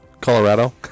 Colorado